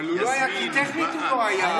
אבל הוא לא היה, כי טכנית הוא לא היה.